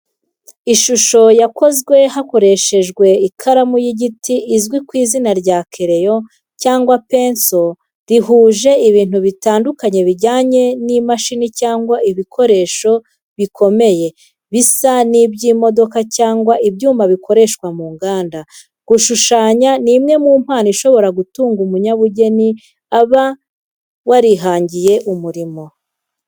Ishusho yakozwe hakoreshejwe ikaramu y’igiti izwi ku izina rya kereyo cyangwa penso rihuje ibintu bitandukanye bijyanye n’imashini cyangwa ibikoresho bikomeye, bisa n’iby’imodoka cyangwa ibyuma bikorerwa mu nganda. Gushushanya ni imwe mu mpano ishobora gutunga umunyabugeni uba warihangiye umurimo.